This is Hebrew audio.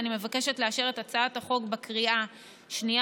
ואני מבקשת לאשר את הצעת החוק בקריאה השנייה